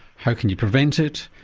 how can you prevent it,